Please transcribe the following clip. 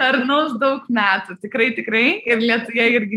tarnaus daug metų tikrai tikrai ir lietuje irgi